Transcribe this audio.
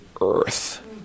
earth